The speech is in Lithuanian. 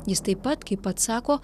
jis taip pat kaip pats sako